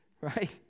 Right